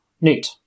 neat